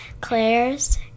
Claire's